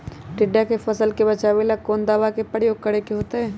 टिड्डा से फसल के बचावेला कौन दावा के प्रयोग करके होतै?